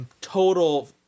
total